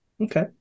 Okay